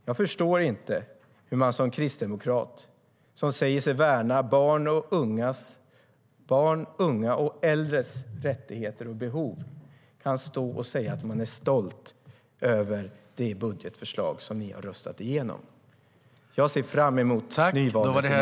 Jag förstår inte hur man som företrädare för Kristdemokraterna, som säger sig värna barns, ungas och äldres rättigheter och behov, kan stå och säga att man är stolt över det budgetförslag som nu röstats igenom. Jag ser fram emot nyvalet i mars.